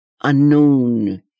unknown